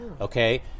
okay